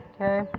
Okay